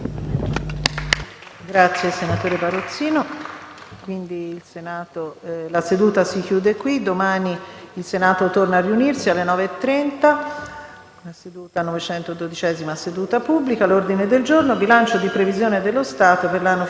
La seduta è tolta